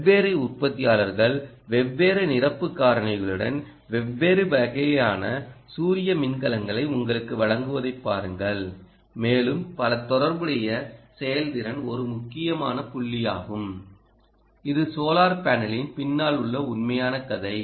வெவ்வேறு உற்பத்தியாளர்கள் வெவ்வேறு நிரப்பு காரணிகளுடன் வெவ்வேறு வகையான சூரிய மின்கலங்களை உங்களுக்கு வழங்குவதைப் பாருங்கள் மேலும் பல தொடர்புடைய செயல்திறன் ஒரு முக்கியமான புள்ளியாகும் இது சோலார் பேனலின் பின்னால் உள்ள உண்மையான கதை